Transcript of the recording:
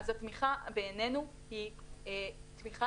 התמיכה בעינינו היא תמיכה